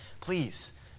Please